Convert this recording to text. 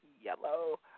yellow